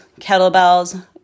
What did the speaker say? kettlebells